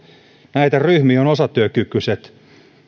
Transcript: näitä ryhmiä ovat osatyökykyiset